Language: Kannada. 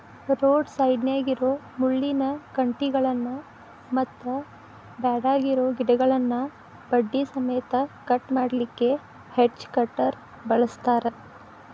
ರೋಡ್ ಸೈಡ್ನ್ಯಾಗಿರೋ ಮುಳ್ಳಿನ ಕಂಟಿಗಳನ್ನ ಮತ್ತ್ ಬ್ಯಾಡಗಿರೋ ಗಿಡಗಳನ್ನ ಬಡ್ಡಿ ಸಮೇತ ಕಟ್ ಮಾಡ್ಲಿಕ್ಕೆ ಹೆಡ್ಜ್ ಕಟರ್ ಬಳಸ್ತಾರ